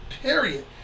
period